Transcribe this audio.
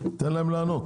תן להם לענות.